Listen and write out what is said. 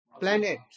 planet